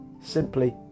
simply